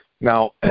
Now